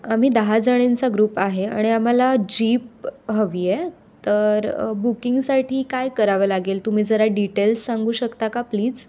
आम्ही दहाजणींचा ग्रुप आहे अणि आम्हाला जीप हवी आहे तर बुकिंगसाठी काय करावं लागेल तुम्ही जरा डिटेल्स सांगू शकता का प्लीज